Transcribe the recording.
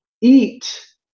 eat